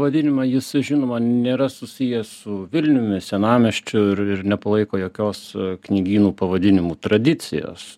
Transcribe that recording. pavadinimą jis žinoma nėra susiję su vilniumi senamiesčiu ir ir nepalaiko jokios knygynų pavadinimų tradicijos